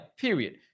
period